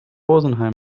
rosenheim